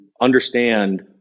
understand